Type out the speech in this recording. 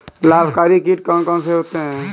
लाभकारी कीट कौन कौन से होते हैं?